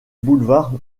boulevard